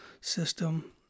system